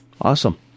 Awesome